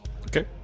Okay